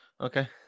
okay